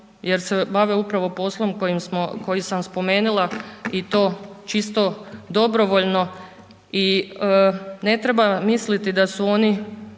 jer se bave upravo poslom kojim smo, koji sam spomenula i to čisto dobrovoljno i ne treba misliti da su oni